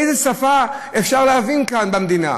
איזה שפה אפשר להבין כאן, במדינה?